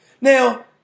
Now